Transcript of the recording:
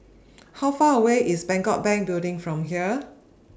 How Far away IS Bangkok Bank Building from here